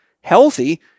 healthy